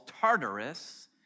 Tartarus